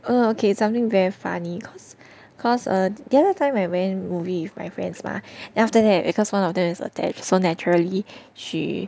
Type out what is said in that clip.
oh okay something very funny cause cause err the other time I went movie with my friends mah then after that because one of them is attached so naturally she